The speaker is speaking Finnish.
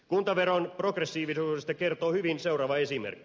kuntaveron progressiivisuudesta kertoo hyvin seuraava esimerkki